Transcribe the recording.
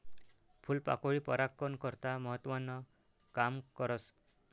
फूलपाकोई परागकन करता महत्वनं काम करस